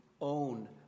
own